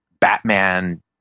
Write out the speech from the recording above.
Batman